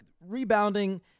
rebounding